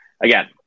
again